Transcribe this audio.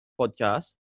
podcast